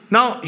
Now